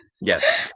yes